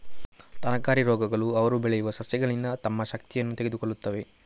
ತರಕಾರಿ ರೋಗಗಳು ಅವರು ಬೆಳೆಯುವ ಸಸ್ಯಗಳಿಂದ ತಮ್ಮ ಶಕ್ತಿಯನ್ನು ತೆಗೆದುಕೊಳ್ಳುತ್ತವೆ